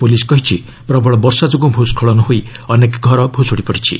police କହିଛି ପ୍ରବଳ ବର୍ଷା ଯୋଗୁଁ ଭୁସ୍କଳନ ହୋଇ ଅନେକ ଘର ଭୁଷୁଡି ପଡିଛି